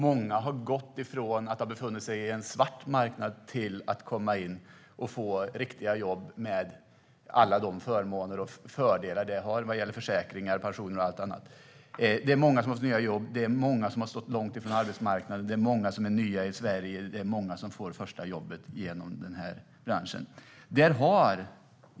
Många har gått från att befinna sig på en svart marknad till att få riktiga jobb, med alla förmåner och fördelar som det har vad gäller försäkringar, pensioner och allt annat. Det är många som har fått nya jobb. Det gäller många som har stått långt ifrån arbetsmarknaden. Det gäller många som är nya i Sverige. Det är många som får det första jobbet genom den branschen.